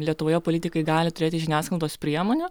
lietuvoje politikai gali turėti žiniasklaidos priemonių